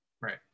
Right